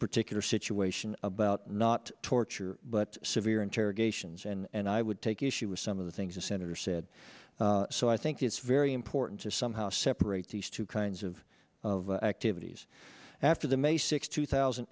particular situation about not torture but severe interrogations and i would take issue with some of the things the senator said so i think it's very important to somehow separate these two kinds of of activities after the may sixth two thousand